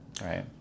Right